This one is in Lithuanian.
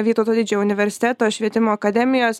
vytauto didžiojo universiteto švietimo akademijos